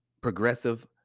progressive